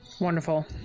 Wonderful